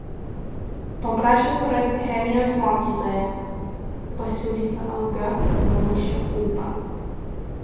paprašė surasti chemijos mokytoją pasiūlyta alga numušė ūpą